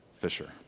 Fisher